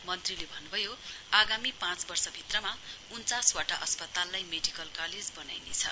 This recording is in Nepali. मन्त्रीले भन्नुभयो आगामी पाँच वर्षभित्रमा उन्चासवटा अस्पताललाई मेडिकल कालेज वनाइनेछ